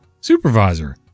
Supervisor